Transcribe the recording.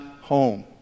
home